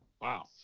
Wow